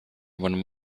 when